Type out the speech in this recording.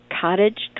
cottage